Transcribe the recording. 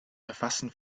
verfassen